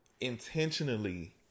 intentionally